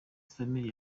family